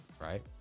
right